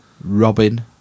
Robin